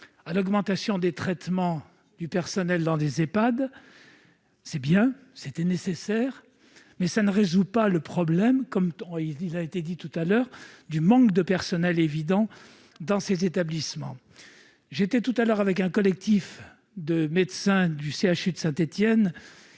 à l'augmentation des traitements du personnel dans les Ehpad. C'est bien- c'était nécessaire -, mais cela ne résout pas le problème du manque évident de personnel dans ces établissements. J'étais tout à l'heure avec un collectif de médecins du CHU de Saint-Étienne.